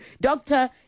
Doctor